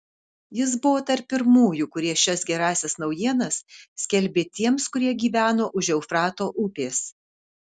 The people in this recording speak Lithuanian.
jis buvo tarp pirmųjų kurie šias gerąsias naujienas skelbė tiems kurie gyveno už eufrato upės